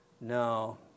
No